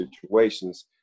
situations